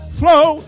flow